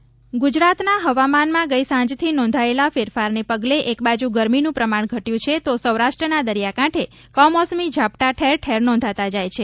હવામાન ગુજરાતના હવામાનમાં ગઇસાંજથી નોંધાયેલા ફેરફારને પગલે એકબાજુ ગરમીનું પ્રમાણ ઘટ્યું છે તો સૌરાષ્ટ્રના દરિયાકાંઠે કમોસમી ઝાપટાં ઠેરઠેર નોંધાતા જાય છે